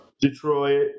Detroit